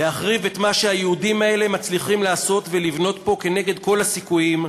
להחריב את מה שהיהודים האלה מצליחים לעשות ולבנות פה כנגד כל הסיכויים,